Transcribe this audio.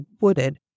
wooded